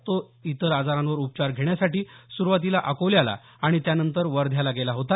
तो इतर आजारांवर उपचार घेण्यासाठी सुरुवातीला अकोल्याला आणि त्यानंतर वर्ध्याला गेला होता